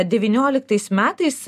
devynioliktais metais